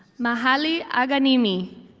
mahali aganimi,